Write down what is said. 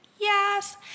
Yes